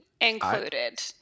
included